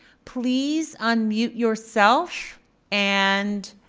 please unmute yourself and